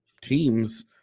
teams